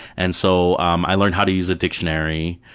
and so um i learned how to use a dictionary,